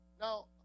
Now